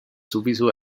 sowieso